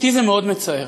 אותי זה מאוד מצער.